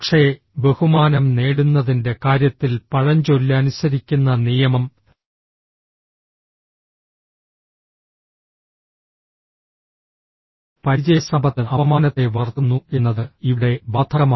പക്ഷേ ബഹുമാനം നേടുന്നതിൻറെ കാര്യത്തിൽ പഴഞ്ചൊല്ല് അനുസരിക്കുന്ന നിയമം പരിചയസമ്പത്ത് അപമാനത്തെ വളർത്തുന്നു എന്നത് ഇവിടെ ബാധകമാണ്